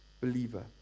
believer